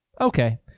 Okay